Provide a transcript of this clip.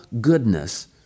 goodness